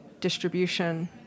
distribution